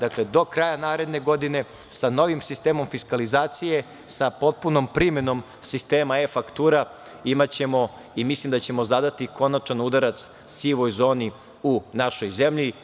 Dakle, do kraja naredne godine sa novim sistemom fiskalizacije sa potpunom primenom sistema e-faktura imaćemo i mislim da ćemo zadati konačan udarac sivoj zoni u našoj zemlji.